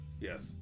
yes